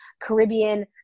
Caribbean